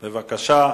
בבקשה.